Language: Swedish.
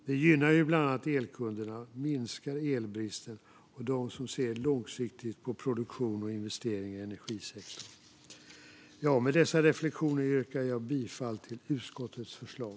Det minskar elbristen och gynnar bland annat elkunder och dem som ser långsiktigt på produktion och investeringar i energisektorn. Med dessa reflektioner yrkar jag bifall till utskottets förslag.